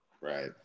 Right